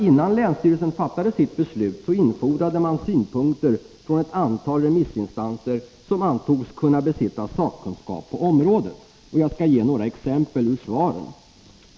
Innan länsstyrelsen fattade sitt beslut infordrade man synpunkter från ett antal remissinstanser, som antogs besitta sakkunskap på området. Jag skall ge några exempel ur svaren.